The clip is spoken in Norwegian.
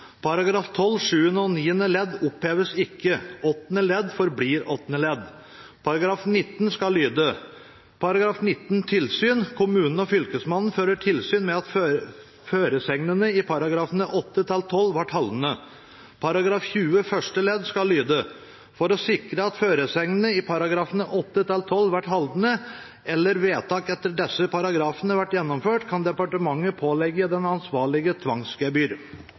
§ 12 sjuende og niende ledd oppheves ikke. Åttende ledd forblir åttende ledd. § 19 skal lyde: § 19 Tilsyn Kommunen og fylkesmannen fører tilsyn med at føresegnene i §§ 8 til 12 vert haldne. § 20 første ledd skal lyde: For å sikre at føresegnene i §§ 8 til 12 vert haldne, eller vedtak etter desse paragrafane vert gjennomført, kan departementet påleggje den ansvarlege tvangsgebyr.»